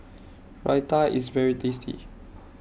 Raita IS very tasty